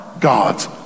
God's